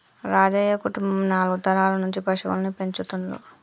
రాజయ్య కుటుంబం నాలుగు తరాల నుంచి పశువుల్ని పెంచుతుండ్లు